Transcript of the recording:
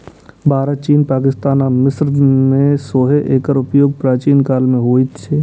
भारत, चीन, पाकिस्तान आ मिस्र मे सेहो एकर उपयोग प्राचीन काल मे होइत रहै